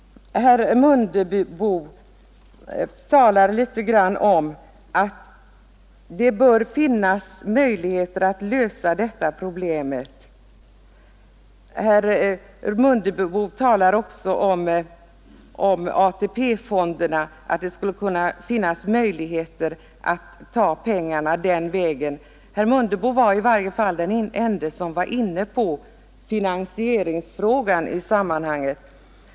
Herr Mundebo talade litet om att det bör finnas möjligheter att lösa detta problem genom att ta pengar från ATP-fonderna. Herr Mundebo var i alla fall den ende som var inne på finansieringsfrågan i sammanhanget.